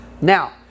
Now